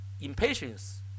impatience